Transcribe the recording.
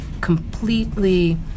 completely